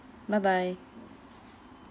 bye bye